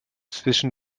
zwischen